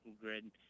grid